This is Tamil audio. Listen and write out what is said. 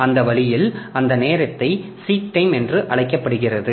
எனவே அந்த வழியில் அந்த நேரத்தை சீக் டைம் என்று அழைக்கப்படுகிறது